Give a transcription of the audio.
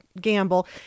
gamble